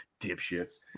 dipshits